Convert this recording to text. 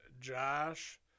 Josh